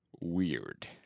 weird